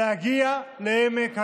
להגיע לעמק השווה.